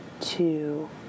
two